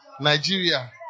Nigeria